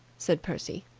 said percy.